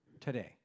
today